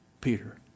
Peter